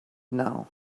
now